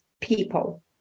people